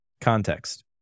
context